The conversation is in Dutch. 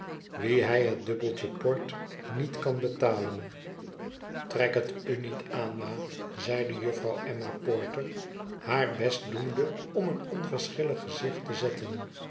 wien hij het dubbeltje port niet kan betalen trek het u niet aan ma zeide juffrouw emma porter haar best doende om een onverschillig gezicht te zetten